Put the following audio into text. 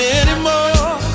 anymore